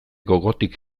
gogotik